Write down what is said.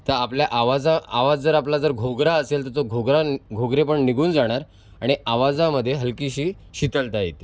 तर आपल्या आवाजा आवाज जर आपला जर घोगरा असेल तर तो घोगरा घोगरेपण निघून जाणार आणि आवाजामध्ये हलकीशी शीतलता येते